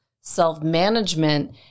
self-management